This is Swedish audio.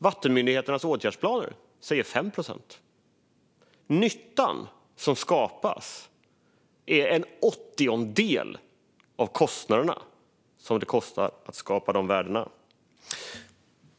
Vattenmyndigheternas åtgärdsplaner säger 5 procent. Nyttan som skapas är en åttiondel av vad det kostar att skapa dessa värden.